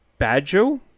Badjo